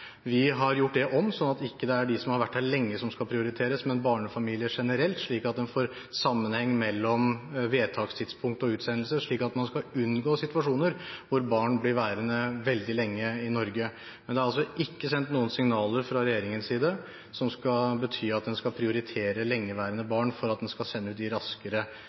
Vi har gjort det om, på den måten at det ikke er de som har vært her lenge, som skal prioriteres, men barnefamilier generelt, slik at en får sammenheng mellom vedtakstidspunkt og utsendelse, for at man skal unngå situasjoner hvor barn blir værende veldig lenge i Norge. Men det er altså ikke sendt noen signaler fra regjeringens side som skal bety at en skal prioritere lengeværende barn for at en skal sende dem raskere ut